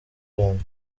rwanda